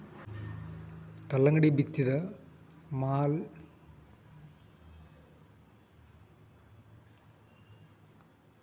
ಕಲ್ಲಂಗಡಿ ಬಿತ್ತಿದ ಮ್ಯಾಲ ಹದಾನೊಡಿ ವಾರಕ್ಕೊಮ್ಮೆ ಹೊಲಕ್ಕೆ ನೇರ ಹಾಸಬೇಕ